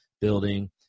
building